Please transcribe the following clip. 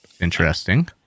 Interesting